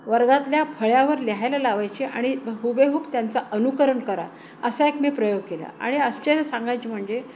वर्गातल्या फळ्यावर लिहायला लावायचे आणि हूबेहूब त्यांचा अनुकरण करा असा एक मी प्रयोग केला आणि आश्चर्य सांगायचे म्हणजे